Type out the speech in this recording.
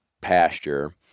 pasture